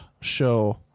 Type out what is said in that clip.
show